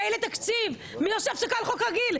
מילא בתקציב, מי עושה הפסקה בחוק רגיל?